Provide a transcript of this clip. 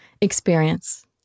experience